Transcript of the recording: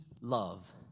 love